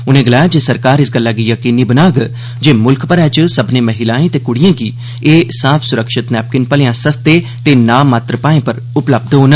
उनें गलाया जे सरकार इस गल्लै गी यकीनी बनाग जे म्ल्ख भरै च सब्बने महिलायें ते क्ड़ियें गी एह साफ सुरक्षित नैप्किन भलेयां सस्ते ते नां माव भाएं पर उपलब्ध होन